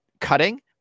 cutting